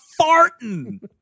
farting